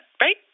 right